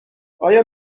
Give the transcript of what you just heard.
آیا